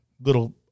little